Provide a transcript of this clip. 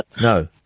No